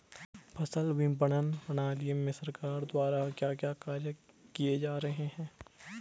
फसल विपणन प्रणाली में सरकार द्वारा क्या क्या कार्य किए जा रहे हैं?